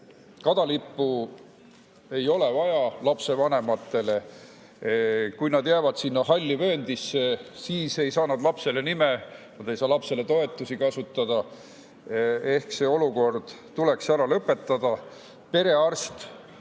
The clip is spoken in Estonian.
kadalippu ei ole lapsevanematele vaja. Kui nad jäävad sinna halli vööndisse, siis nad ei saa lapsele nime [anda] ega lapsetoetusi kasutada. See olukord tuleks ära lõpetada. Perearst